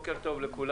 בוקר טוב לכולם.